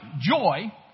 joy